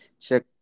Check